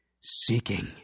seeking